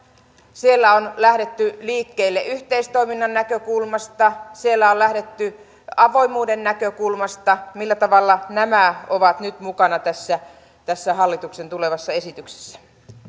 siellä on lähdetty liikkeelle yhteistoiminnan näkökulmasta siellä on lähdetty avoimuuden näkökulmasta millä tavalla nämä ovat nyt mukana tässä tässä hallituksen tulevassa esityksessä